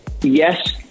yes